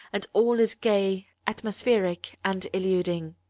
and all is gay, atmospheric, and illuding.